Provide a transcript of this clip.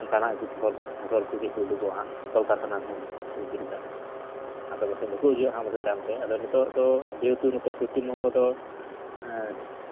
ᱚᱱᱠᱟᱱᱟᱜ ᱯᱨᱚᱠᱚᱞᱯᱚ ᱠᱚ ᱯᱨᱚᱠᱚᱞᱯᱚ ᱠᱚ ᱪᱮᱫ ᱠᱚ ᱩᱰᱩᱠᱚᱜᱼᱟ ᱦᱟᱸᱜ ᱠᱚᱞᱠᱟᱨᱠᱷᱟᱱᱟ ᱠᱚ ᱵᱤᱨᱤᱫᱟ ᱟᱫᱚ ᱯᱟᱥᱮᱡ ᱵᱟᱠᱚ ᱦᱤᱡᱩᱜᱼᱟ ᱯᱟᱥᱮᱡ ᱟᱵᱚᱥᱮᱫ ᱛᱟᱭᱚᱢ ᱛᱮ ᱟᱫᱚ ᱱᱤᱛᱚᱜ ᱫᱚ ᱡᱮᱦᱮᱛᱩ ᱱᱚᱛᱮ ᱯᱚᱥᱪᱤᱢᱵᱚᱝᱜᱚ ᱫᱚ